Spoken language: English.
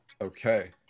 Okay